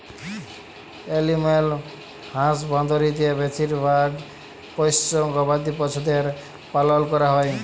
animal হাসবাঁদরিতে বেছিভাগ পোশ্য গবাদি পছুদের পালল ক্যরা হ্যয়